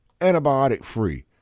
antibiotic-free